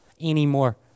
anymore